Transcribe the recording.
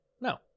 No